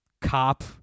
cop